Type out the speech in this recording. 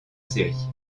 série